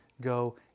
go